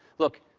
look,